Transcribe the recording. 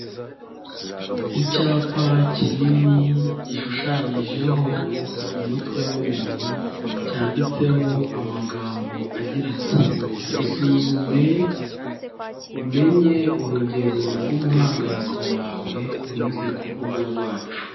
Icyapa kinini gishushanyijeho umutwe w'umuntu cyanditseho amagambo agira ati "isuzume umenye urugero rw'umuhangayiko wawe unyuze ku rubuga rwacu".